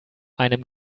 einem